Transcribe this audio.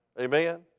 Amen